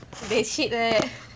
eh shit right